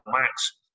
Max